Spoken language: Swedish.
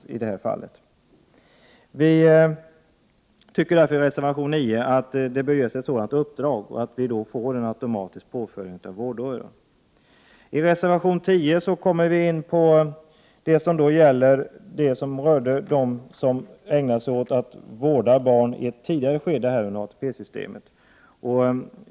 Vi anför därför i reservation 9 att frågan bör utredas så att det kan bli ett automatiskt tillgodoräknande av vårdåren. I reservation 10 kommer vi in på en fråga som gäller dem som ägnat sig åt att vårda sina barn i ett tidigare skede, innan ATP-systemet infördes.